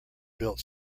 built